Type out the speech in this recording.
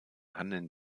handeln